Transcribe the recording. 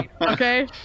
okay